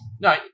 No